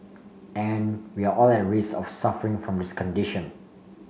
and we all are at risk of suffering from this condition